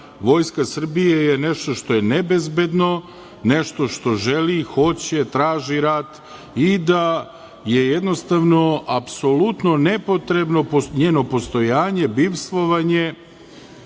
Vojska Srbije je nešto što je nebezbedno, nešto što želi, hoće, traži rat i da je jednostavno apsolutno nepotrebno njeno postojanje, bivstvovanje